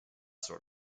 sort